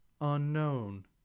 Unknown